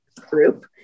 group